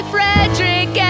Frederick